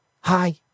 Hi